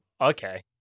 Okay